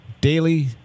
daily